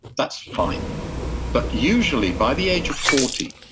that's fine but usually by the age of forty,